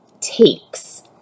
takes